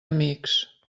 amics